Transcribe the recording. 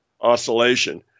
oscillation